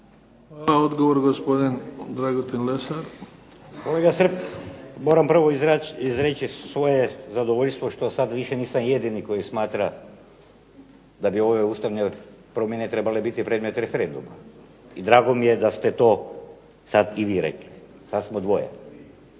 laburisti - Stranka rada)** Kolega Srb, moram prvo izreći svoje zadovoljstvo što sad više nisam jedini koji smatra da bi ove ustavne promjene trebale biti predmet referenduma i drago mi je da ste to sad i vi rekli. Sad smo dvoje.